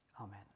Amen